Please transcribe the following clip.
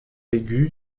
aiguë